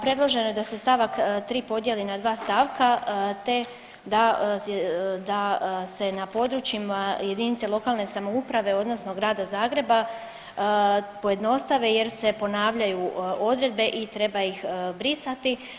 Predloženo je da se stavak 3. podijeli na dva stavka te da, da se na područjima jedinica lokalne samouprave odnosno Grada Zagreba pojednostave jer se ponavljaju odredbe i treba ih brisati.